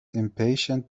impatient